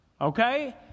Okay